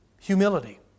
Humility